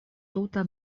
tuta